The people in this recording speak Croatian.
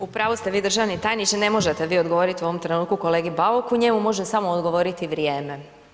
U pravu ste vi državni tajniče, ne možete vi odgovoriti u ovom trenutku kolegi Bauku, njemu može samo odgovoriti vrijeme.